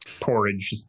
porridge